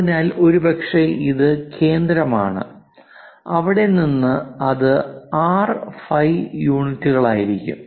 അതിനാൽ ഒരുപക്ഷേ ഇത് കേന്ദ്രമാണ് അവിടെ നിന്ന് അത് R5 യൂണിറ്റുകളായിരിക്കാം